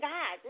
God